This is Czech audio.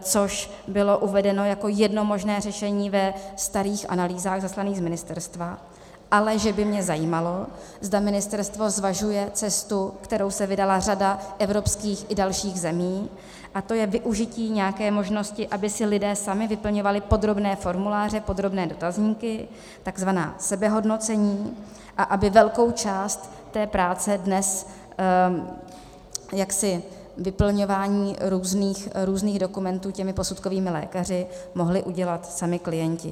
což bylo uvedeno jako jedno možné řešení ve starých analýzách zaslaných z ministerstva, ale že by mě zajímalo, zda ministerstvo zvažuje cestu, kterou se vydala řada evropských i dalších zemí, a to je využití nějaké možnosti, aby si lidé sami vyplňovali podrobné formuláře, podrobné dotazníky, tzv. sebehodnocení, a aby velkou část té práce dnes, vyplňování různých dokumentů těmi posudkovými lékaři, mohli udělat sami klienti.